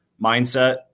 mindset